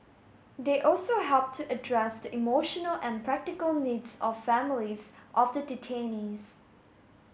they also helped to address the emotional and practical needs of families of the detainees